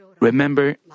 Remember